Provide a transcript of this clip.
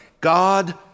God